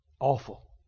Awful